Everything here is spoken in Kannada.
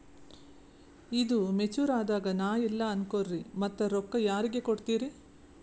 ಈದು ಮೆಚುರ್ ಅದಾಗ ನಾ ಇಲ್ಲ ಅನಕೊರಿ ಮತ್ತ ರೊಕ್ಕ ಯಾರಿಗ ಕೊಡತಿರಿ?